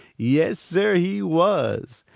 yes, sir, he was.